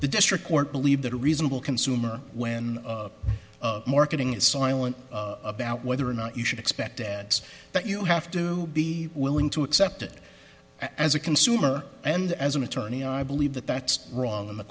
the district court believe that a reasonable consumer when marketing is silent about whether or not you should expect dads that you have to be willing to accept it as a consumer and as an attorney i believe that that's wrong and the